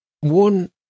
one